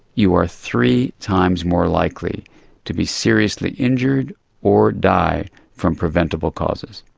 you are three times more likely to be seriously injured or die from preventable causes.